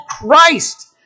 Christ